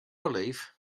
belief